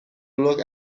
look